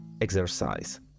exercise